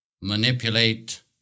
manipulate